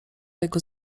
jego